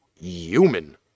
human